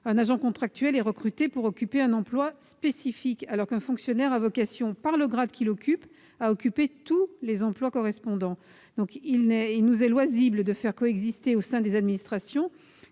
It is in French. Un agent contractuel est recruté pour occuper un emploi spécifique, alors qu'un fonctionnaire a vocation, par le grade qu'il occupe, à occuper tous les emplois correspondants. Il nous est loisible de faire coexister, au sein des administrations,